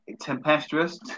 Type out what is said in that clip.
tempestuous